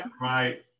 right